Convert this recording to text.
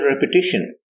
repetition